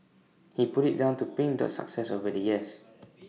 he put IT down to pink Dot's success over the years